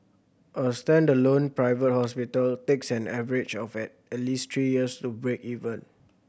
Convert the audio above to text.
a standalone private hospital takes an average of at at least three years to break even